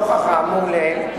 נוכח האמור לעיל,